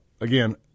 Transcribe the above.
Again